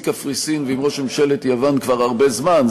קפריסין ועם ראש ממשלת יוון כבר הרבה זמן,